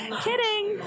kidding